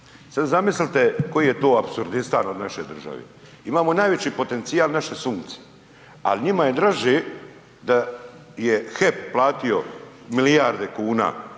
Sad zamislite koji je to apsurdistan od naše države. Imamo najveći potencijal, naše Sunce. Ali njima je draže da je HEP platio milijarde kuna